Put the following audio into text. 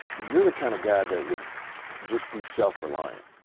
you're the kind of guy that would just be self reliant.